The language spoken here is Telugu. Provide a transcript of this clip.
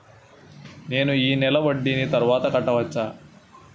నేను ఈ నెల వడ్డీని తర్వాత కట్టచా?